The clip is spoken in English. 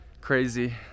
crazy